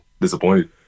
disappointed